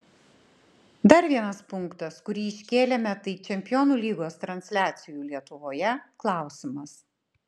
dar vienas punktas kurį iškėlėme tai čempionų lygos transliacijų lietuvoje klausimas